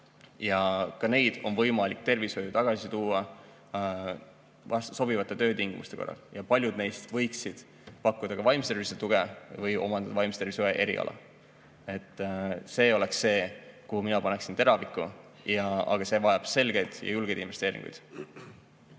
ja ka neid on võimalik tervishoidu tagasi tuua sobivate töötingimuste korral. Ja paljud neist võiksid pakkuda ka vaimse tervise tuge või omandada vaimse tervise õe eriala. See oleks see, kuhu mina paneksin teraviku, aga see vajab selgeid ja julgeid investeeringuid.